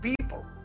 people